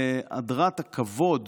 להדרת הכבוד